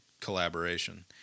collaboration